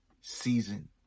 season